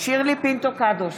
שירלי פינטו קדוש,